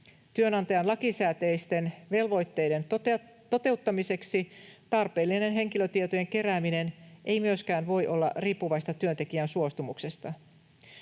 Työnantajan lakisääteisten velvoitteiden toteuttamiseksi tarpeellinen henkilötietojen kerääminen ei myöskään voi olla riippuvaista työntekijän suostumuksesta.